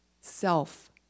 self